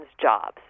jobs